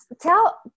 Tell